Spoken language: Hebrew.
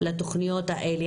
לתכניות האלה?